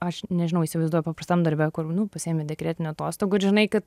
aš nežinau įsivaizduoju paprastam darbe kur nu pasiemi dekretinių atostogų ir žinai kad